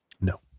No